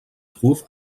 trouve